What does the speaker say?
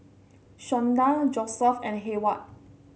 Shawnda Josef and Heyward